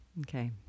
Okay